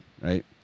right